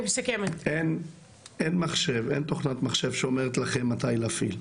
אין מחשב, אין תוכנת מחשב שאומרת לכם מתי להפעיל,